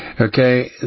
okay